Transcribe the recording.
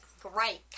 great